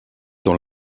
dans